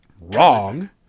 wrong